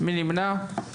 מי נמנע?